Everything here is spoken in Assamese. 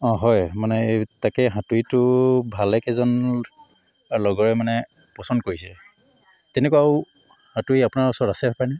অঁ হয় মানে তাকে হাতুৰীটো ভালেকেইজন লগৰে মানে পচন্দ কৰিছে তেনেকুৱা আৰু হাতুৰী আপোনাৰ ওচৰত আছে হপাইনে